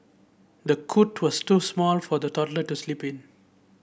the cot was too small for the toddler to sleep in